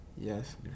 Yes